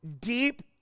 deep